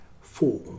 Four